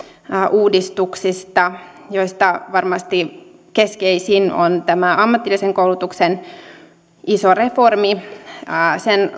uudistuksista joista varmasti keskeisin on tämä ammatillisen koulutuksen iso reformi sen